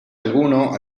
alguno